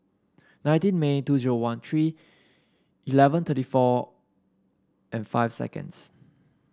nineteen May two zero one three eleven thirty four and five seconds